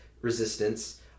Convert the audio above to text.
resistance